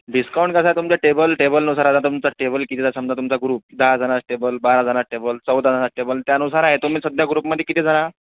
discount कसा तुमचा table टेबलनुसार आता तुमचं टेबल कितीचा समजा तुमचा ग्रुप दहा जणाचं टेबल बारा जणाचं टेबल चौदा जणाचं टेबल त्यानुसार आहे तुम्ही सध्या ग्रुपमध्ये किती जणं आहा